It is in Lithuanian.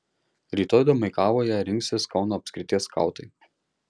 rytoj domeikavoje rinksis kauno apskrities skautai